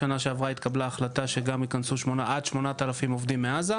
בשנה שעברה התקבלה החלטה שגם ייכנסו עד 8,000 עובדים מעזה,